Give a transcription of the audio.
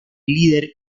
líder